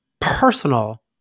personal